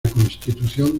constitución